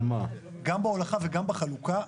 גם בהולכה וגם בחלוקה.